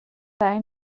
برای